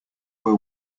were